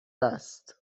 است